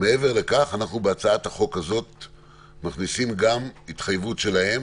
אנחנו בהצעת החוק הזאת מכניסים גם התחייבות שלהם.